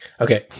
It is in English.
Okay